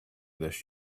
this